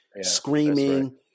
screaming